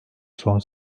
son